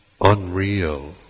unreal